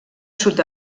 sud